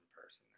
person